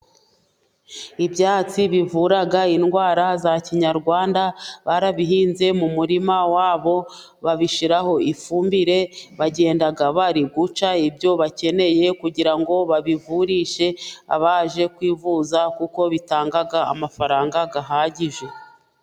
Ibyatsi bivura indwara za kinyarwanda, barabihinze mu murima wabo, babishiraho ifumbire, bagenda bari guca ibyo bakeneye kugira ngo babivurishe abaje kwivuza, kuko bitanga amafaranga ahagije.